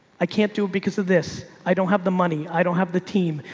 i can't do it because of this. i don't have the money. i don't have the team.